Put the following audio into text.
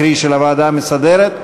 קרי של הוועדה המסדרת.